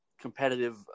competitive